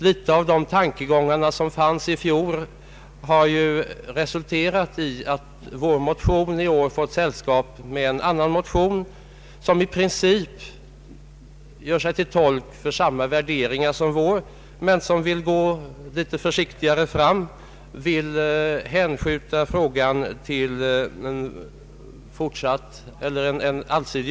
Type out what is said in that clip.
Några av de tankegångar som framfördes i fjol har kommit igen i år också i ett annat motionspar, som i princip ger uttryck för samma värderingar som den motion jag undertecknat. Dessa motionärer vill emellertid gå litet försiktigare fram.